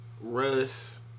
Russ